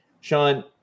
Sean